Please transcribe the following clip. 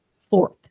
fourth